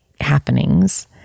happenings